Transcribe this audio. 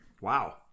Wow